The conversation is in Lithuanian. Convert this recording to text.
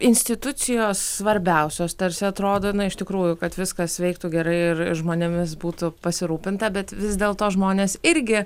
institucijos svarbiausios tarsi atrodo na iš tikrųjų kad viskas veiktų gerai ir žmonėmis būtų pasirūpinta bet vis dėl to žmonės irgi